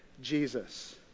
Jesus